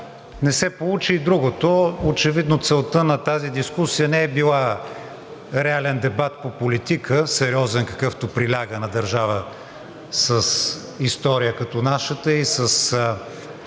Не се получи и другото. Очевидно целта на тази дискусия не е била реален дебат по политика – сериозен, какъвто приляга на държава с история като нашата, и с